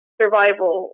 survival